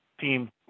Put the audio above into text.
team